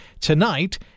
tonight